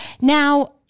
Now